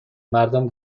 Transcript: مردم